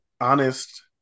honest